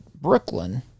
Brooklyn